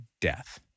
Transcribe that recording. death